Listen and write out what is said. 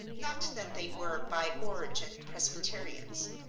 not that they were, by origin, presbyterians.